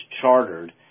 chartered